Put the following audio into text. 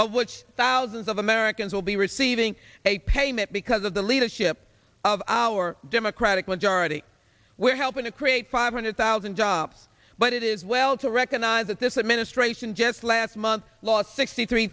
of which thousands of americans will be receiving a payment because of the leadership of our democratic majority we're helping to create five hundred thousand jobs but it is well to recognize that this administration just last month lost sixty three